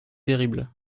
terribles